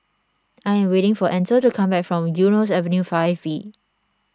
I am waiting for Ansel to come back from Eunos Avenue five B